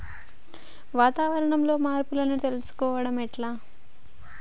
వాతావరణంలో మార్పులను తెలుసుకోవడం ఎట్ల?